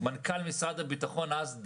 מנכ"ל משרד הביטחון דאז,